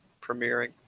premiering